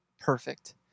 perfect